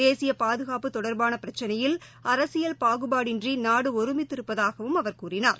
தேசியபாதுகாப்பு தொடர்பானபிரச்சினையில் அரசியல் பாகுபாடின்றிநாடுஒருமித்திருப்பதாகவும் அவர் கூறினார்